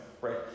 right